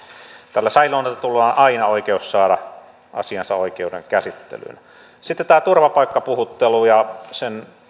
tällä säilöönotetulla on aina oikeus saada asiansa oikeuden käsittelyyn sitten tämä turvapaikkapuhuttelu ja sen